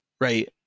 Right